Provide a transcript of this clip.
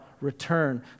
return